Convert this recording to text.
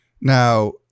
Now